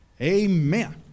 Amen